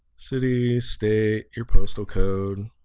city state your postal code